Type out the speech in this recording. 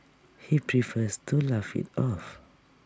he prefers to laugh IT off